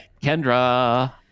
Kendra